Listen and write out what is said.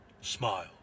Smile